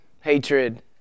hatred